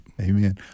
Amen